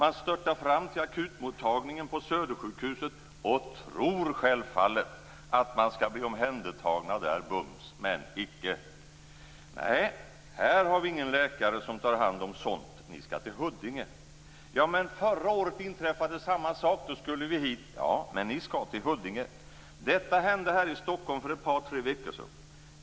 De störtar fram till akutmottagningen på Södersjukhuset och tror självfallet att hon där skall bli omhändertagen bums, men icke. - Nej, här har vi ingen läkare som tar hand om sådant. Ni skall till Huddinge! - Men förra året inträffade samma sak, och då skulle vi hit. - Ja, men ni skall till Huddinge! Detta hände här i Stockholm för ett par, tre veckor sedan.